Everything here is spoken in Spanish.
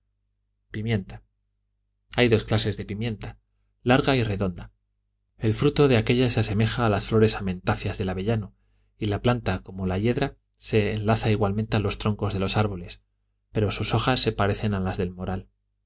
pimienta hay dos clases de pimienta larga y redonda el fruto de aquélla se asemeja a las flores amentáceas del avellano y la planta como la hiedra se enlaza igualmente a los troncos de los árboles pero sus hojas se parecen a las del moral